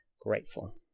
grateful